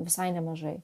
visai nemažai